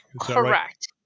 Correct